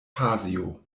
pasio